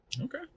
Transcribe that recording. Okay